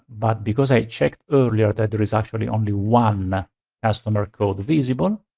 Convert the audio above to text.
but because i checked earlier that there is actually only one customer code visible,